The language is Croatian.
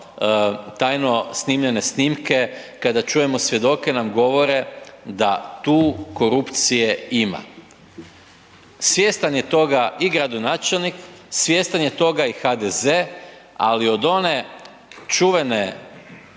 tajno snimljene snimke, kada čujemo svjedoke govore da tu korupcije ima. Svjestan je toga i gradonačelnik, svjestan je toga i HDZ, ali od one čuvene